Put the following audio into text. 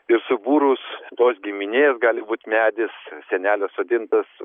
ir subūrus tos giminės gali būt medis senelio sodintas